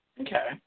Okay